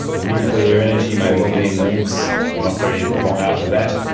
nuclear energy may well be in the mix not very long after that.